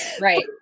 Right